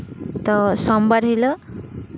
ᱛᱚ ᱥᱳᱢᱵᱟᱨ ᱦᱤᱞᱳᱜ